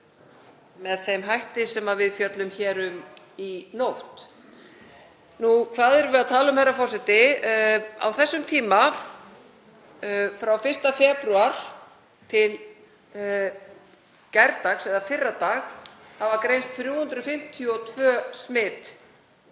með þeim hætti sem við fjöllum hér um í nótt. Hvað erum við að tala um, herra forseti? Á þessum tíma, frá 1. febrúar til gærdagsins, eða dagsins í fyrradag, hafa greinst 352 smit